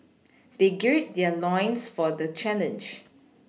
they gird their loins for the challenge